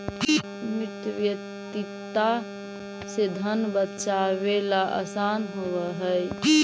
मितव्ययिता से धन बचावेला असान होवऽ हई